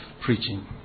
preaching